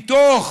מתוך